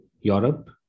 Europe